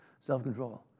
self-control